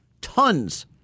tons